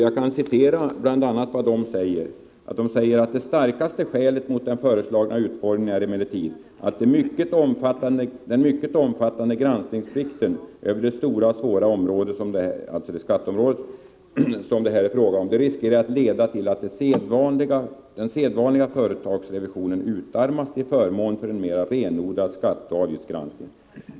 Jag kan citera vad kommerskollegium säger: ”Det starkaste skälet mot den föreslagna utformningen är emellertid att den mycket omfattande granskningsplikten över det stora och svåra område som det här är fråga om riskerar att leda till att den sedvanliga företagsrevisionen utarmas till förmån för en mera renodlad skatteoch avgiftsgranskning.